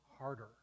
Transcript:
harder